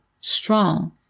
strong